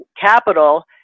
capital